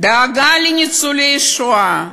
דאגה לניצולי שואה,